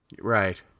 right